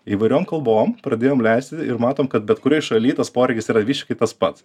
įvairiom kalbom pradėjom leisti ir matom kad bet kurioje šaly tas poreikis yra visiškai tas pats